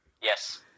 Yes